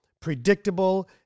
predictable